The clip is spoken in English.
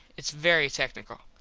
its very tecknickle.